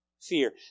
fear